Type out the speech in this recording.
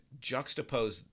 juxtapose